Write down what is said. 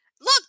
Look